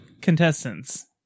contestants